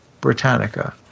Britannica